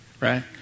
Right